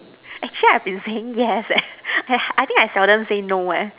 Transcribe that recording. actually I've been saying yes eh I think I seldom say no eh